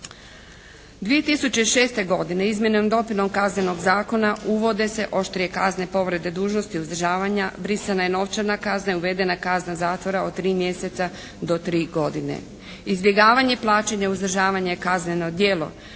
2006. godine izmjenom i dopunom Kaznenog zakona uvode se oštrije kazne povrede dužnosti i uzdržavanja. Brisana je novčana kazna i uvedena kazna zatvora od 3 mjeseca do 3 godine. Izbjegavanje plaćanja uzdržavanja je kazneno djelo